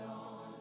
on